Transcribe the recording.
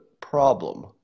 problem